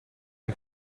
non